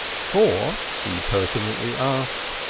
for, he pertinently asked,